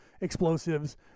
explosives